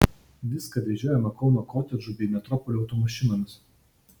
viską vežiojome kauno kotedžų bei metropolio automašinomis